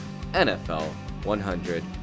NFL100